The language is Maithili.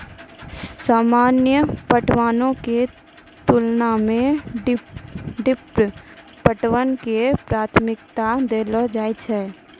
सामान्य पटवनो के तुलना मे ड्रिप पटवन के प्राथमिकता देलो जाय छै